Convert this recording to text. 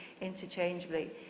interchangeably